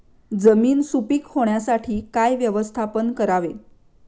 जमीन सुपीक होण्यासाठी काय व्यवस्थापन करावे?